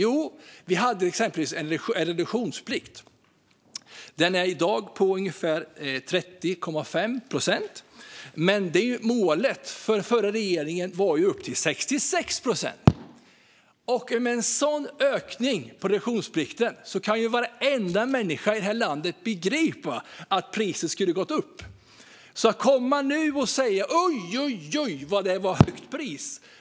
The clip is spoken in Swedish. Vi hade exempelvis en reduktionsplikt. Den är i dag på ungefär 30,5 procent. Men målet för den förra regeringen var att den skulle upp till 66 procent. Varenda människa i det här landet kan begripa att priset skulle ha gått upp med en sådan ökning av reduktionsplikten. Nu kommer man och säger: Uj uj uj, vad priset är högt!